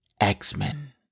X-Men